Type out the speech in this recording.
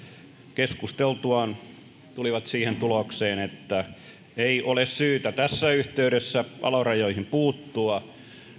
keskusteltuaan tulivat siihen tulokseen että ei ole syytä tässä yhteydessä alarajoihin puuttua